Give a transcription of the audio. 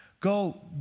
Go